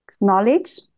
knowledge